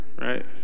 right